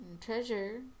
treasure